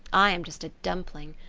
i am just a dumpling.